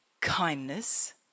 kindness